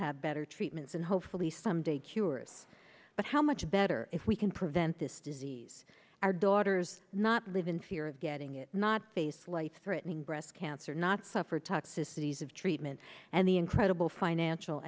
better treatments and hopefully someday cures but how much better if we can prevent this disease our daughters not live in fear of getting it not face life threatening breast cancer not suffer toxicities of treatment and the incredible financial